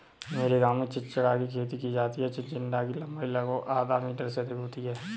मेरे गांव में चिचिण्डा की खेती की जाती है चिचिण्डा की लंबाई लगभग आधा मीटर से अधिक होती है